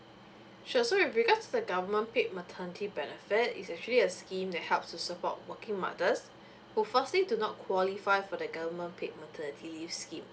sure so with regards to the government paid maternity benefit is actually a scheme that helps to support working mothers who firstly do not qualify for government paid maternity leave scheme